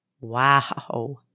Wow